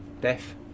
death